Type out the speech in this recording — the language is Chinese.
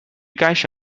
该省